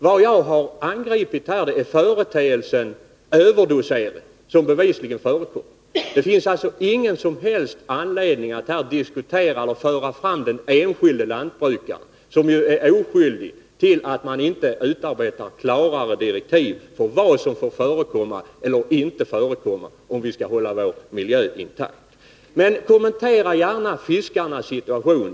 Vad jag angripit här är företeelsen överdosering, som bevisligen förekommer. Det finns alltså ingen som helst anledning att här föra fram den enskilde lantbrukaren, som ju är oskyldig till att man inte utarbetar klarare direktiv om vad som får förekomma och inte får förekomma, om vi skall skydda vår miljö. Kommentera gärna fiskarnas situation!